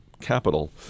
Capital